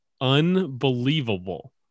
unbelievable